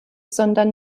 sondern